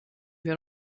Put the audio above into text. wir